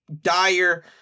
dire